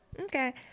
Okay